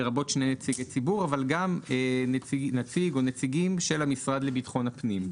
לרבות שני נציגי ציבור אבל גם נציג או נציגים של המשרד לביטחון פנים.